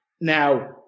Now